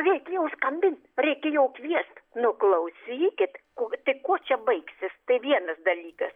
reikėjo skambint reikėjo kviest nu klausykit kuo tai čia baigsis tai vienas dalykas